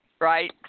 Right